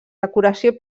decoració